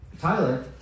Tyler